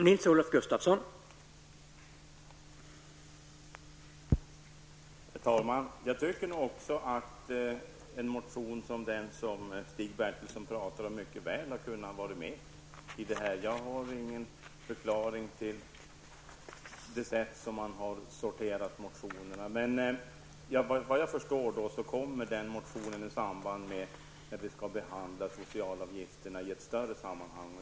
Herr talman! Jag tycker nog också att en motion som den som Stig Bertilsson pratar om mycket väl hade kunnat vara med i det här betänkandet. Jag har ingen förklaring till det sätt man har sorterat motionerna på, men vad jag förstår kommer den motionen upp i samband med att vi behandlar socialavgifterna i ett större sammanhang.